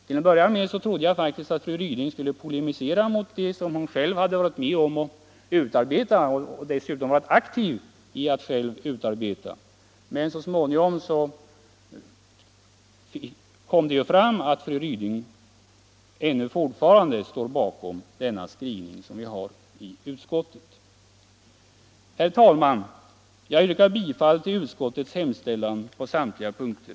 Till att börja med trodde jag att fru Ryding skulle polemisera mot det som hon själv hade varit med om att utarbeta, och dessutom själv varit aktiv vid utarbetandet av, men så småningom kom det ju fram att fru Ryding fortfarande står bakom den skrivning som vi har i utskottsbetänkandet. Herr talman! Jag yrkar bifall till utskottets hemställan på samtliga punkter.